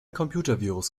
computervirus